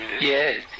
Yes